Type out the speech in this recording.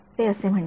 ते असे म्हणते